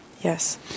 Yes